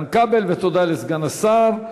תודה לחבר הכנסת איתן כבל ותודה לסגן השר.